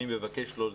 אני מבקש לא לזלזל,